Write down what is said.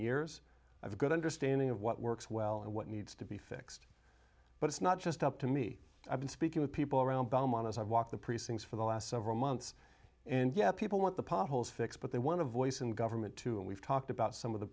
years i've a good understanding of what works well and what needs to be fixed but it's not just up to me i've been speaking with people around belmont as i've walked the precincts for the last several months and yet people want the potholes fixed but they want a voice in government too and we've talked about some of the